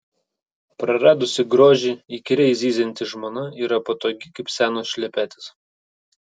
praradusi grožį įkyriai zyzianti žmona yra patogi kaip senos šlepetės